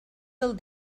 del